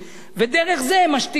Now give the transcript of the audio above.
ודרך זה הם משתיקים את כולם.